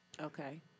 Okay